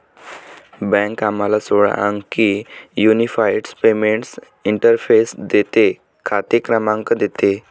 bank आम्हाला सोळा अंकी युनिफाइड पेमेंट्स इंटरफेस देते, खाते क्रमांक देतो